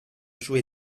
joué